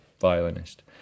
violinist